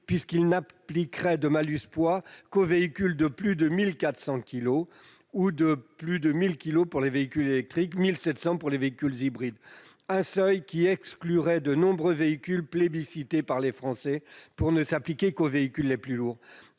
puisqu'il n'appliquerait de « malus poids » qu'aux véhicules de plus de 1 400 kilos, ou de 1 000 kilos pour les véhicules électriques ou de 1 700 kilos pour les véhicules hybrides, un seuil qui exclurait de nombreux véhicules plébiscités par les Français, pour ne s'appliquer qu'aux plus lourds.